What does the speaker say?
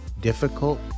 difficult